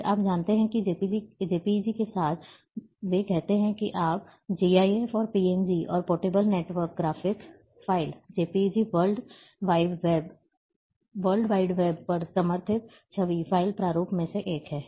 फिर आप जानते हैं कि JPEG के साथ और वे कहते हैं कि आपका GIF और PNG और portable network graphics file JPEG world wide web पर समर्थित छवि फ़ाइल प्रारूप में से एक है